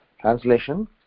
Translation